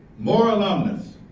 more alumnus,